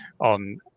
on